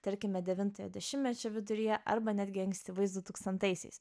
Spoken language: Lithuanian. tarkime devintojo dešimtmečio viduryje arba netgi ankstyvais du tūkstantaisiais